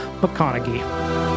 McConaughey